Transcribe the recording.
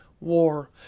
war